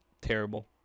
terrible